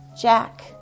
Jack